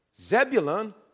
Zebulun